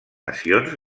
nacions